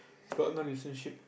got no relationship